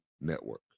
Network